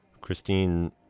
Christine